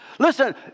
Listen